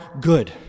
good